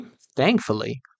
thankfully